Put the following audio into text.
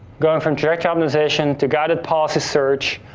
going from trajectory optimization to guided policy search,